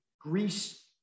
Greece